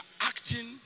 acting